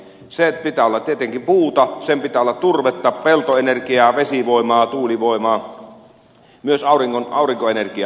sen pitää olla tietenkin puuta sen pitää olla turvetta peltoenergiaa vesivoimaa tuulivoimaa myös aurinkoenergiaa